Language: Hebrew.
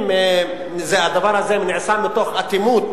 אם הדבר הזה נעשה מתוך אטימות